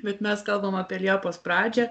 bet mes kalbam apie liepos pradžią